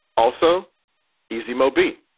also easy, mobi.